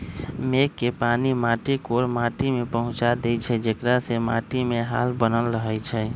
मेघ के पानी माटी कोर माटि में पहुँचा देइछइ जेकरा से माटीमे हाल बनल रहै छइ